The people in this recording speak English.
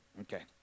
Okay